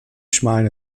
schmalen